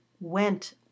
went